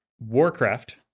warcraft